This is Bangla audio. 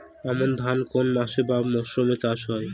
আমন ধান কোন মাসে বা মরশুমে চাষ হয়?